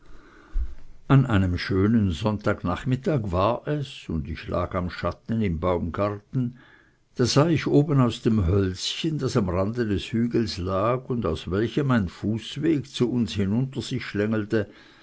an einem schönen sonntag nachmittags war es und ich lag am schatten im baumgarten da sah ich oben aus dem hölzchen das am rande des hügels lag und aus welchem ein fußweg zu uns hinunter sich schlängelte